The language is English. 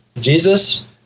Jesus